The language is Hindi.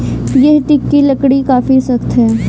यह टीक की लकड़ी काफी सख्त है